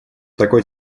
такой